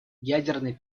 ядерный